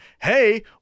hey